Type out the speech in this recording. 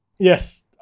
Yes